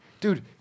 Dude